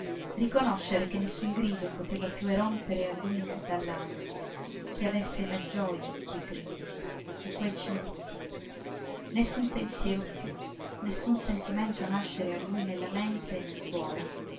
riconoscere che nessun grido poteva più erompere a lui dall'anima che avesse la gioja di quei trilli di quel cinguettio nessun pensiero più nessun sentimento nascere a lui nella mente e nel cuore